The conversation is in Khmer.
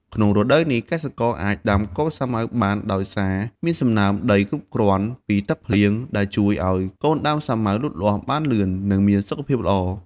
ក្នុងរដូវនេះ កសិករអាចដាំកូនសាវម៉ាវបានដោយសារមានសំណើមដីគ្រប់គ្រាន់ពីទឹកភ្លៀង ដែលជួយឲ្យកូនដើមសាវម៉ាវលូតលាស់បានលឿន និងមានសុខភាពល្អ។